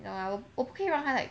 ya 我不可以让她 like